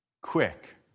quick